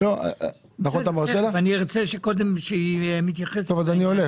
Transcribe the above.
תכף מירי תשיב אבל קודם כל